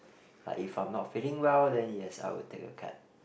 like if I'm not feeling well then yes I will take a cab